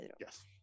Yes